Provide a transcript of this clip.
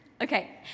Okay